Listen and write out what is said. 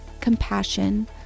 compassion